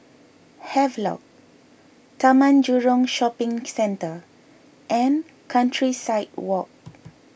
Havelock Taman Jurong Shopping Centre and Countryside Walk